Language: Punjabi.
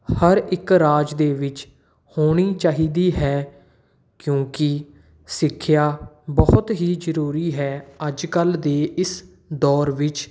ਹਰ ਇੱਕ ਰਾਜ ਦੇ ਵਿੱਚ ਹੋਣੀ ਚਾਹੀਦੀ ਹੈ ਕਿਉਂਕਿ ਸਿੱਖਿਆ ਬਹੁਤ ਹੀ ਜ਼ਰੂਰੀ ਹੈ ਅੱਜ ਕੱਲ ਦੇ ਇਸ ਦੌਰ ਵਿੱਚ